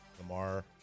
Lamar